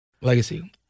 Legacy